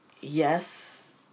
yes